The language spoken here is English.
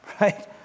right